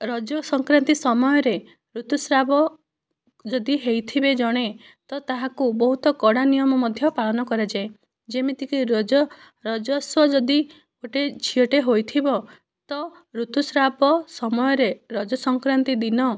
ରଜ ସଂକ୍ରାନ୍ତି ସମୟରେ ଋତୁସ୍ରାବ ଯଦି ହୋଇଥିବେ ଜଣେ ତ ତାହାକୁ ବହୁତ କଡା ନିୟମ ମଧ୍ୟ ପାଳନ କରାଯାଏ ଯେମିତିକି ରଜସ୍ଵଳା ଯଦି ଗୋଟିଏ ଝିଅଟିଏ ହୋଇଥିବ ତ ଋତୁସ୍ରାବ ସମୟରେ ରଜ ସଂକ୍ରାନ୍ତି ଦିନ